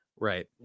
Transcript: Right